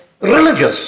religious